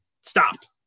stopped